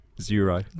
Zero